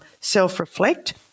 self-reflect